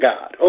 God